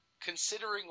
considering